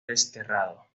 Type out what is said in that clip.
desterrado